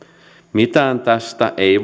mitään tästä ei